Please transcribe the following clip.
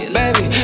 baby